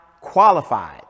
qualified